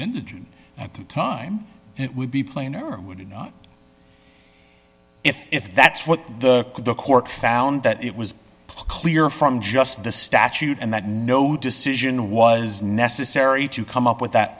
indigent at the time it would be plainer would it not if if that's what the court found that it was clear from just the statute and that no decision was necessary to come up with that